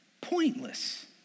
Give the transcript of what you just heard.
pointless